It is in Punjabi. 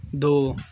ਦੋ